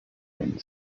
wind